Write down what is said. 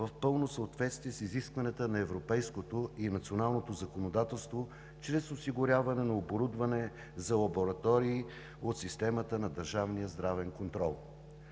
в пълно съответствие с изискванията на европейското и националното законодателство чрез осигуряване на оборудване за лаборатории от системата на държавния здравен контрол.